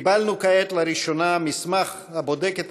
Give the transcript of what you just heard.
קיבלנו כעת לראשונה מסמך הבודק את